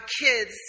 kids